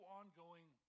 ongoing